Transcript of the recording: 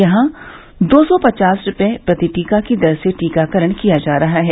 यहां दो सौ पचास रूपये प्रति टीका की दर से टीकाकरण किया जा रहा है